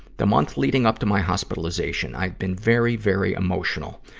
the month leading up to my hospitalization, i'd been very, very emotional.